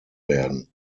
werden